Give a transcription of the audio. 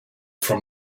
from